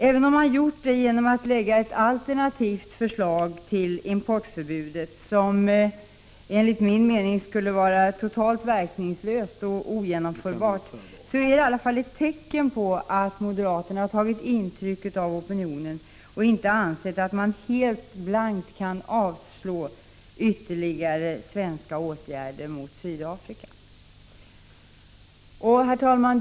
Även om moderaterna gjort detta genom att lägga ett alternativt förslag till importförbud som enligt min mening skulle vara totalt verkningslöst och ogenomförbart, så framgår det i alla fall att moderaterna tagit intryck av opinionen och inte ansett att man blankt kan avslå förslag om ytterligare svenska åtgärder mot Sydafrika. Herr talman!